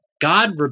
God